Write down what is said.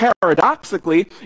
paradoxically